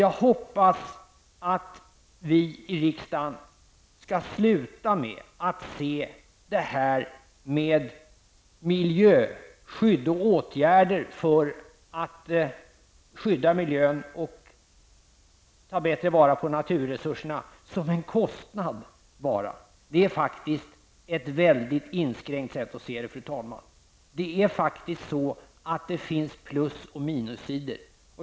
Jag hoppas att vi riksdagen skall sluta med att se detta med miljöskydd och åtgärder för att skydda miljön och att bättre ta till vara naturresurserna som enbart en kostnad. Det är ett mycket inskränkt sätt att se det hela, fru talman. Det finns faktiskt plus och minussidor.